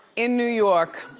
in new york,